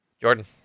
Jordan